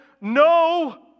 no